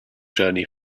journey